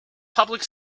public